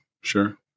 sure